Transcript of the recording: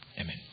Amen